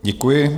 Děkuji.